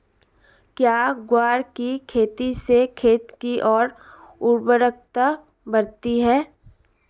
क्या ग्वार की खेती से खेत की ओर उर्वरकता बढ़ती है?